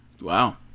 Wow